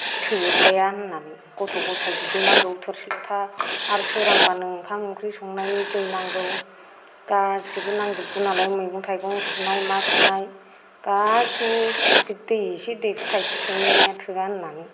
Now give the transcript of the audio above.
थोद्राया होननानै गथ' गथाय दुगैनांगौ थोरसि लथा आरो सोरांबानो ओंखाम ओंख्रि संनायनि दै नांगौ गासैबो नांजोबगौ नालाय मैगं थाइगं सुनाय मा सुनाय गासैनि बे दै एसे दैफु थाइसे थाइनैया थोया होननानै